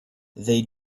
they